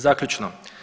Zaključno.